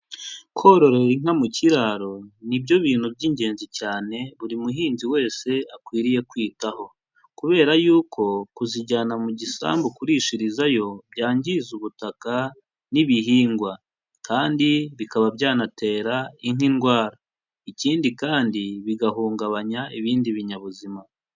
Kororera inka mu kiraro, ni byo bintu by'ingenzi cyane, buri muhinzi wese akwiriye kwitaho kubera yuko kuzijyana mu gisambu kurishirizayo, byangiza ubutaka n'ibihingwa kandi bikaba byanatera inka ndwara. Ikindi kandi, bigahungabanya ibindi binyabuzima.